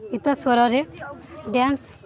ଗୀତ ସ୍ଵରରେ ଡ଼୍ୟାନ୍ସ